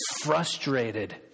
frustrated